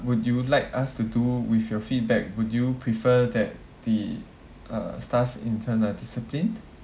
would you like us to do with your feedback would you prefer that the uh staff internal disciplined